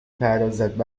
پردازد